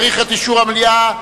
צריך את אישור המליאה.